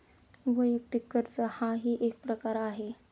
वैयक्तिक कर्ज हाही एक प्रकार आहे